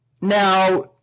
Now